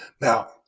Now